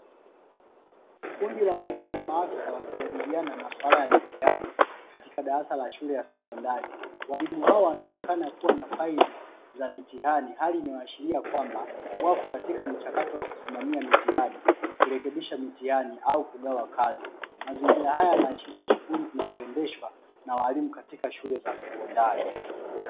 Kundi la walimu na maafisa wakijadiliana masuala ya mitihani, katika darasa la shule ya sekondari, walimu hao wanaonekana kuwa na faili za mitihani, hali ni inayoashiria kwamba wako katika mchakato wa kusimamia mitihani, kurekebisha mitihani, au kugawa kazi. Mazingira haya yanaashiria shughuli zinazoendeshwa na walimu katika shule za sekondari.